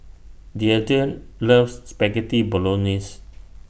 Deandra loves Spaghetti Bolognese